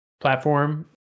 platform